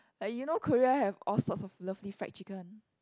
like you know Korea have all sorts of lovely fried chicken